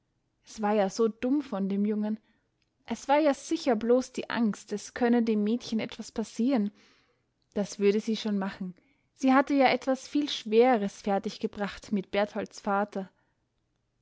es war ja so dumm von dem jungen es war ja sicher bloß die angst es könne dem mädchen etwas passieren das würde sie schon machen sie hatte ja etwas viel schwereres fertig gebracht mit bertholds vater